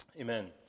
Amen